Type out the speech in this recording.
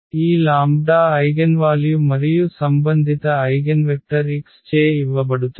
ఈ lambda eigenvalue మరియు సంబంధిత ఐగెన్వెక్టర్ x చే ఇవ్వబడుతుంది